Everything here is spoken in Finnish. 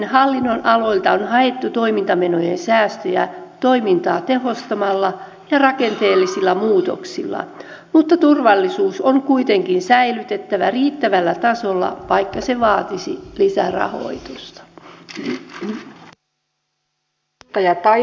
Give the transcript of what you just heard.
näiltäkin hallinnonaloilta on haettu toimintamenojen säästöjä toimintaa tehostamalla ja rakenteellisilla muutoksilla mutta turvallisuus on kuitenkin säilytettävä riittävällä tasolla vaikka se vaatisi lisärahoitusta